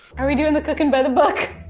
are we doing the cooking by the book?